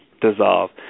dissolve